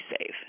safe